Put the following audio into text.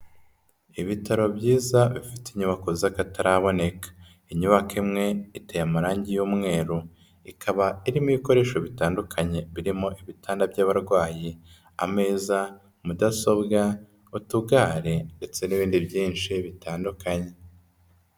Ibitaro byiza bifite inyubako z'akataraboneka, inyubako imwe iteye amarangi y'umweru, ikaba irimo ibikoresho bitandukanye birimo ibitanda by'abarwayi, ameza, mudasobwa utugare, ndetse n'ibindi byinshi bitandukanye.